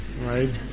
right